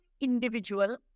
individual